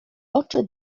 oczy